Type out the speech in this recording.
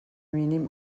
mínim